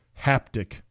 haptic